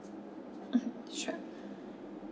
mmhmm sure